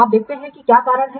आइए देखते हैं कि क्या कारण हैं